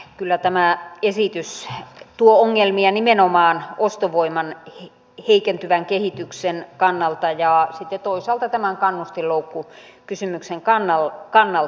kyllä tämä esitys tuo ongelmia nimenomaan ostovoiman heikentyvän kehityksen kannalta ja sitten toisaalta tämän kannustinloukkukysymyksen kannalta